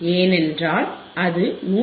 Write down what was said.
ஏனென்றால் அது 159